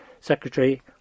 Secretary